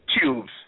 tubes